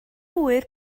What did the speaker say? ŵyr